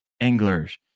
Anglers